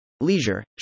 leisure